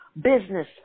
business